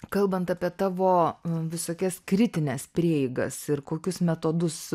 kalbant apie tavo visokias kritines prieigas ir kokius metodus